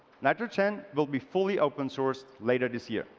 nitrogen will be fully open sourced later this year.